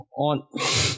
on